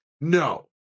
No